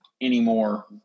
anymore